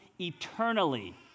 eternally